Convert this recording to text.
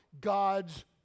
God's